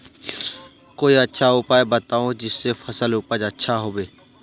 कोई अच्छा उपाय बताऊं जिससे फसल उपज अच्छा होबे